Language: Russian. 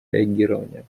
реагирования